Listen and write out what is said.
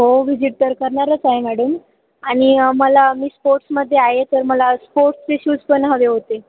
हो विजीट तर करणारच आहे मॅडम आणि मला मी स्पोर्ट्समध्ये आहे तर मला स्पोर्ट्सचे शूज पण हवे होते